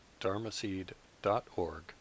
dharmaseed.org